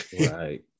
right